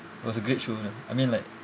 it was a good show lah I mean like